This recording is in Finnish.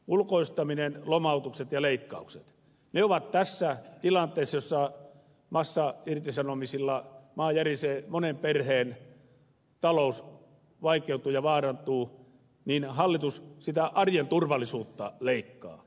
ulkoistaminen lomautukset ja leikkaukset ovat uhkakuvina tässä tilanteessa jossa massairtisanomisilla maa järisee monen perheen talous vaikeutuu ja vaarantuu mutta hallitus sitä arjen turvallisuutta leikkaa